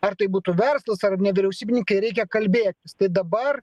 ar tai būtų verslas ar nevyriausybininkai reikia kalbėtis tai dabar